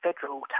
federal